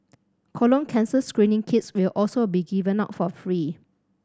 colon cancer screening kits will also be given out for free